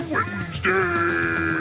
Wednesday